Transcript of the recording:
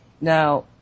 Now